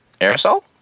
aerosol